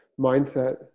mindset